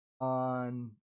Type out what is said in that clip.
on